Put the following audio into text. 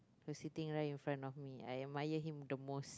who's sitting right in front of me I admire him the most